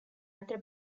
altre